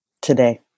today